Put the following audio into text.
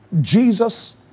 Jesus